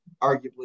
arguably